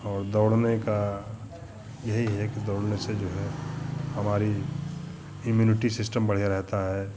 और दौड़ने का यही है कि दौड़ने से जो है हमारी इम्यूनिटी सिस्टम बढ़िया रहता है